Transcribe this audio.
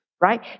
right